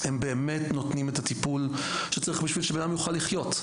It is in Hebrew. הם באמת נותנים את הטיפול שצריך בשביל שבן אדם יוכל לחיות.